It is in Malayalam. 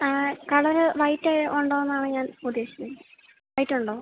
ആ കളർ വൈറ്റ് ഉണ്ടോന്നാണ് ഞാൻ വൈറ്റ് ഉണ്ടോ